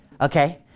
okay